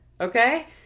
Okay